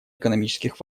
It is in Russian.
экономических